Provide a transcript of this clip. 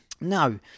No